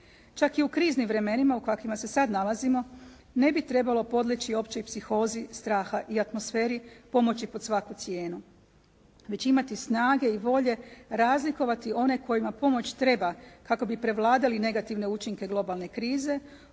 Čak i u kriznim vremenima u kakvima se sada nalazimo, ne bi trebalo podleći općoj psihozi, straha i atmosferi pomoći pod svaku cijenu. Već imati snage i volje razlikovati one kojima pomoć treba kako bi prevladali negativne učinke globalne krize